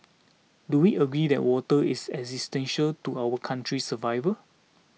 Do we agree that water is existential to our country's survival